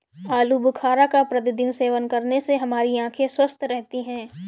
आलू बुखारा का प्रतिदिन सेवन करने से हमारी आंखें स्वस्थ रहती है